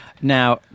Now